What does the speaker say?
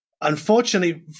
Unfortunately